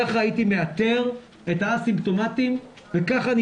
כך הייתי מאתר את הא-סימפטומטיים וכך אני